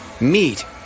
Meet